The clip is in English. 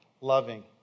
loving